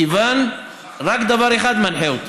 מכיוון שרק דבר אחד מנחה אותי: